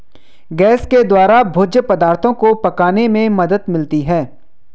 gas के द्वारा भोज्य पदार्थो को पकाने में मदद मिलती है